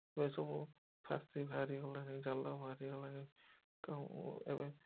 ଏ ସବୁ ଫାସି ବାହାରି ଗଲାଣି ଜାଲ ବାହାରି ଗଲାଣି ତେଣୁ ଏବେ